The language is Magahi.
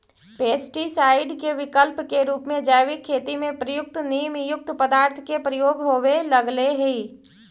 पेस्टीसाइड के विकल्प के रूप में जैविक खेती में प्रयुक्त नीमयुक्त पदार्थ के प्रयोग होवे लगले हि